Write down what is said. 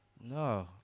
no